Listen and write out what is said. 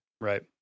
right